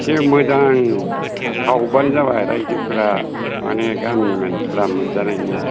एसे मोजां सावबानो जाबाय रायजोफोरा माने गामिनि मानसिफोरा मोनजानायनि